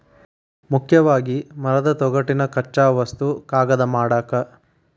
ಮುಖ್ಯವಾಗಿ ಮರದ ತೊಗಟಿನ ಕಚ್ಚಾ ವಸ್ತು ಕಾಗದಾ ಮಾಡಾಕ